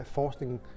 forskningen